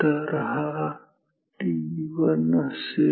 तर हा t1 असेल